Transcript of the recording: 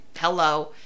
hello